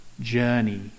journey